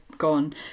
gone